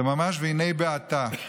זה ממש "והִנֵה בעָתָה".